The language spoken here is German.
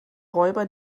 räuber